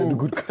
good